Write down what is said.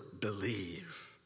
believe